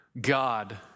God